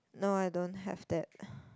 no I don't have that